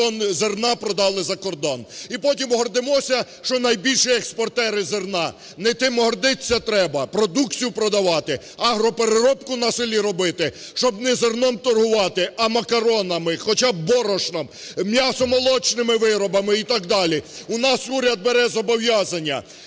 тонн зерна продали за кордон. І потім гордимося, що найбільші експортери зерна. Не тим гордитися треба! Продукцію продавати, агропереробку на селі робити, щоб не зерном торгувати, а макаронами, хоча б борошном, м’ясомолочними виробами і так далі. У нас уряд бере зобов'язання: